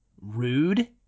rude